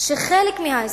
שחלק מההסבר,